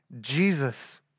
Jesus